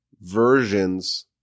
versions